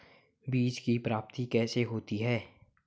बीज की प्राप्ति कैसे होती है?